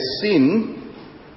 sin